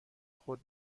خود